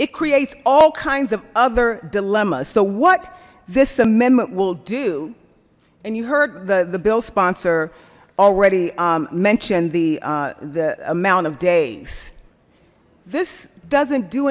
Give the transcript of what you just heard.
it creates all kinds of other dilemmas so what this amendment will do and you heard the the bill sponsor already mentioned the the amount of days this doesn't do